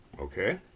Okay